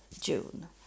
June